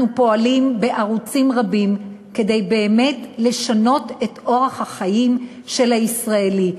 אנחנו פועלים בערוצים רבים כדי באמת לשנות את אורח החיים של הישראלי,